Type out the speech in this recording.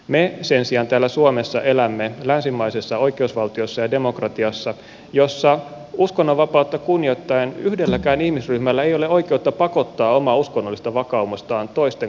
me sen sijaan täällä suomessa elämme länsimaisessa oikeusvaltiossa ja demokratiassa jossa uskonnonvapautta kunnioittaen yhdelläkään ihmisryhmällä ei ole oikeutta pakottaa omaa uskonnollista vakaumustaan toisten kansalaisten ylle